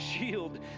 shield